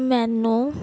ਮੈਨੂੰ